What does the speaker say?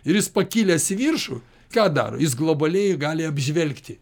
ir jis pakilęs į viršų ką daro jis globaliai gali apžvelgti